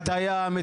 את הים,